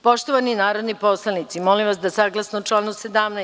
Poštovani narodni poslanici, molim vas da saglasno članu 17.